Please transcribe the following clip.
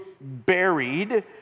buried